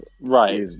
right